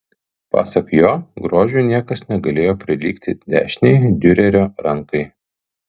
pasak jo grožiu niekas negalėjo prilygti dešinei diurerio rankai